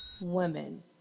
women